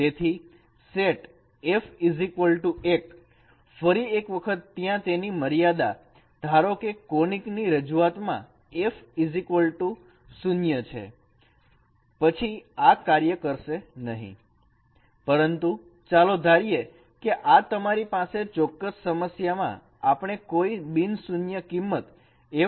તેથી set f 1 ફરી એક વખત ત્યાં તેની મર્યાદા ધારો કે કોનીક ની રજૂઆત માં f 0 છે પછી આ કાર્ય કરશે નહીં પરંતુ ચાલો ધારીએ કે તમારી આ ચોક્કસ સમસ્યા માં આપણે કોઈ બિન શૂન્ય કિંમત f સાથે કાર્ય કરી શકીએ